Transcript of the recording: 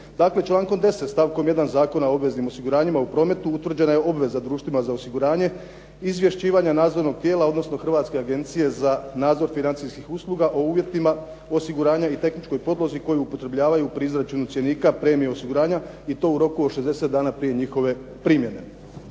člankom 10. stavkom 1. Zakona o obveznim osiguranjima u prometu utvrđena je obveza društvima za osiguranje izvješćivanje nadzornog tijela odnosno Hrvatske agencije za nadzor financijskih usluga o uvjetima osiguranja i tehničkoj podlozi koju upotrebljavaju pri izračunu cjenika premije osiguranja i to u roku od 60 dana prije njihove primjene.